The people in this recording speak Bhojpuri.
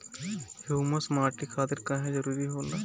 ह्यूमस माटी खातिर काहे जरूरी होला?